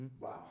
Wow